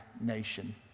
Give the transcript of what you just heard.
nation